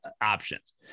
options